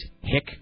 hick